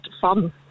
fun